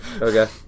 Okay